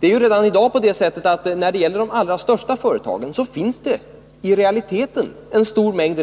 Det är ju redan i dag på det sättet att när det gäller de allra största företagen så finns det i realiteten en stor mängd